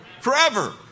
Forever